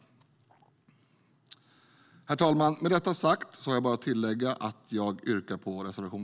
Herr talman! Med detta sagt yrkar jag bifall till reservationerna 1 och 2.